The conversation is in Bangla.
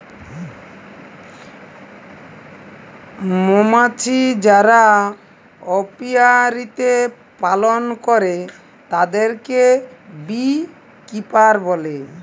মমাছি যারা অপিয়ারীতে পালল করে তাদেরকে বী কিপার বলে